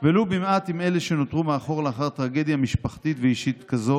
ולו במעט עם אלו שנותרו מאחור לאחר טרגדיה משפחתית ואישית כזאת